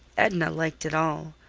edna liked it all.